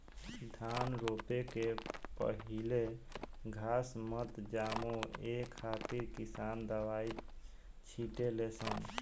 धान रोपे के पहिले घास मत जामो ए खातिर किसान दवाई छिटे ले सन